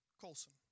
Colson